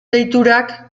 deiturak